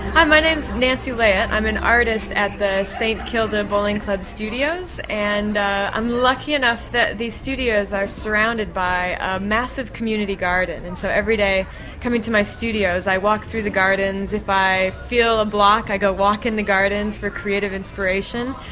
hi, my name's nancy, like yeah i'm an artist at the st kilda bowling club studios and i'm lucky enough that these studios are surrounded by a massive community garden. and so every day coming to my studios, i walk through the gardens. if a feel a block, i go walk in the gardens for creative inspiration.